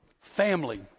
family